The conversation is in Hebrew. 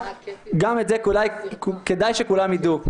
גם את זה אולי כדאי שכולם יידעו,